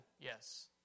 Yes